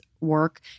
work